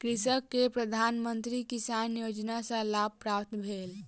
कृषक के प्रधान मंत्री किसान योजना सॅ लाभ प्राप्त भेल